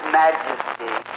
majesty